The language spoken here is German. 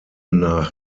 nach